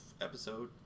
episode